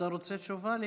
אתה רוצה תשובה למי להאמין?